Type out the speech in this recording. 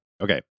okay